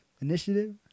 initiative